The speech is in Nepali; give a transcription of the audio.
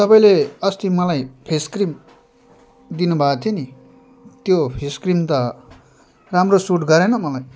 तपाईँले अस्ति मलाई फेस क्रिम दिनु भएको थियो नि त्यो फेस क्रिम त राम्रो सुट गरेन मलाई